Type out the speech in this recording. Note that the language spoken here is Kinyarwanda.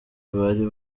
bari